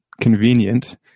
convenient